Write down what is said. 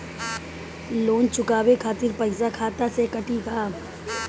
Loan चुकावे खातिर पईसा खाता से कटी का?